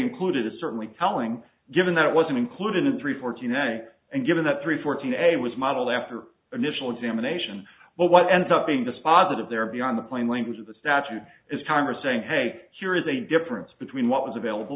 included it certainly telling given that it wasn't included in three fourteen a and given that three fourteen a was modeled after initial examination but what ends up being dispositive there beyond the plain language of the statute is congress saying hey here is a difference between what was available